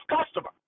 customer